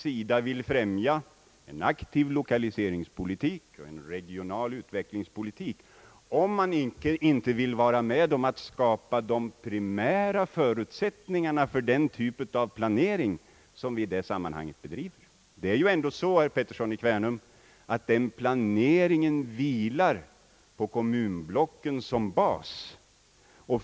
vill främja en aktiv lokaliseringspolitik, en regional utvecklingspolitik, om centerpartiet inte samtidigt vill vara med om att skapa de primära förutsättningarna för den typ av planering som vi i det sammanhanget bedriver? Det är ju ändå så, herr Pettersson i Kvänum, att den planeringen vilar på kommunblocken som bas.